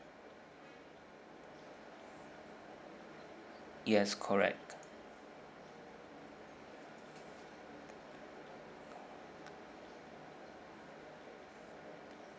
yes correct